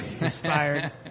inspired